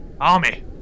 Army